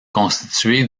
constitué